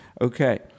Okay